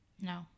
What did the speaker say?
no